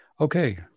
okay